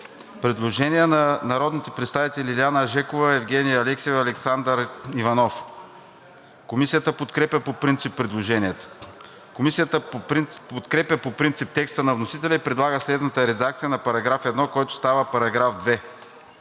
предложение на народните представители Илиана Жекова, Евгения Алексиева и Александър Иванов. Комисията подкрепя по принцип предложението. Комисията подкрепя по принцип текста на вносителя и предлага следната редакция на § 1, който става § 2: „§ 2.